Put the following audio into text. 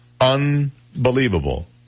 unbelievable